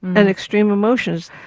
and extreme emotions.